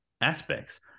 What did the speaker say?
aspects